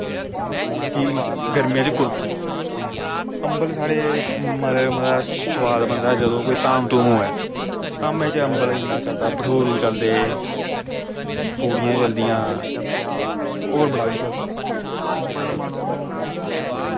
कि गर्मियां दी कुल्फी अम्बल साढ़े मता मता सोआद बनदा जदूं कोई धाम होए धामा च अम्बल इन्ना चलदा भठोरू चलदे पूड़ियां चलदियां होर बड़ा किश चलदा अम्बल मन्नो